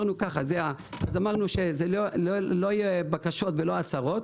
אמרנו שזה לא יהיה בקשות או הצהרות.